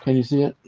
and you see it?